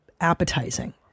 appetizing